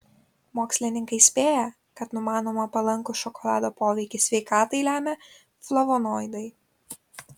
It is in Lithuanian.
mokslininkai spėja kad numanomą palankų šokolado poveikį sveikatai lemia flavonoidai